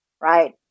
right